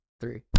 three